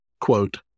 Quote